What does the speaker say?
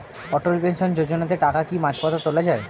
অটল pension যোজনাতে টাকা কি মাঝপথে তোলা যায়?